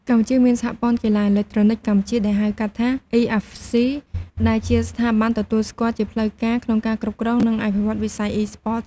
កម្ពុជាមានសហព័ន្ធកីឡាអេឡិចត្រូនិកកម្ពុជា ដែលហៅកាត់ថា EFC ដែលជាស្ថាប័នទទួលស្គាល់ជាផ្លូវការក្នុងការគ្រប់គ្រង និងអភិវឌ្ឍវិស័យ Esports។